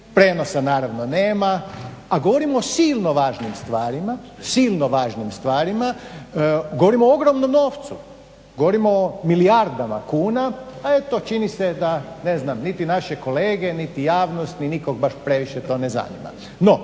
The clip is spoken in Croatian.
prijenosa naravno nema, a govorimo o silno važnim stvarima, govorimo o ogromnom novcu. Govorimo o milijardama kuna, a eto čini se da niti naše kolege niti javnost ni nikog baš previše to ne zanima.